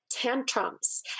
tantrums